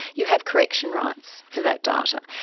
you have correction rights for that data.